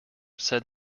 said